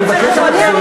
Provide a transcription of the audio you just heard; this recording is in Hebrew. אני מבקש שתחזרי בך.